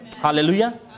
hallelujah